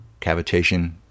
cavitation